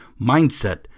Mindset